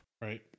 Right